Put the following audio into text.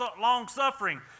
long-suffering